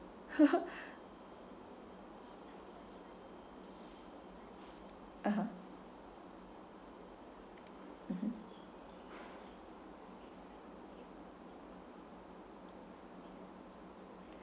(uh huh) mmhmm